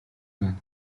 байна